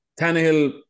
Tannehill